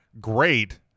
great